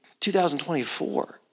2024